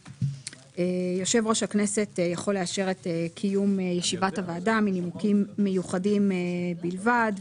יושב-ראש הכנסת יכול לאשר את קיום ישיבת הוועדה מנימוקים מיוחדים בלבד.